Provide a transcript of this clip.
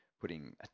putting